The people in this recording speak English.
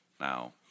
Now